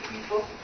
people